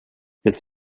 this